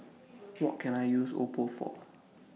What Can I use Oppo For